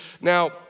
Now